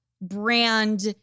brand